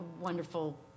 wonderful